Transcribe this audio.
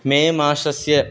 मे मासस्य